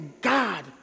God